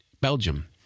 Belgium